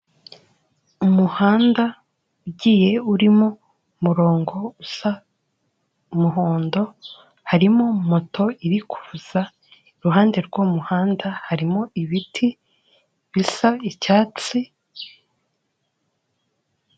Umuhanda ugiye urimo umurongo usa umuhondo, harimo moto iri kuza, iruhande rw'umuhanda harimo ibiti bisa icyatsi.